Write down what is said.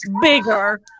bigger